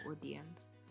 audience